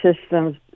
systems